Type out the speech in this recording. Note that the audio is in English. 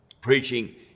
preaching